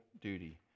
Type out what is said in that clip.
duty